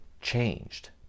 changed